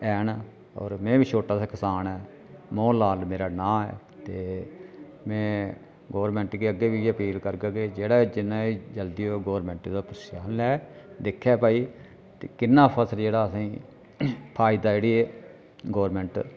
ऐ न और में बी इक छोटा सा कसान आं मोहन लाल मेरा नांऽ ऐ ते में गौरमैंट गी अग्गै बी इ'यै अपील करगा के जेह्ड़ा जिन्ना जल्दी हो गौरमैंट एह्दै पर लै दिक्खै भाई कि किन्ना फसल जेह्ड़ा असेंगी फायदा जेह्ड़ी एह् गौरमैंट